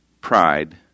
pride